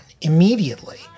immediately